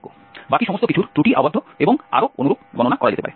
বাকি সমস্ত কিছুর ত্রুটি আবদ্ধ এবং আরও অনুরূপ গণনা করা যেতে পারে